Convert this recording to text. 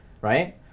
right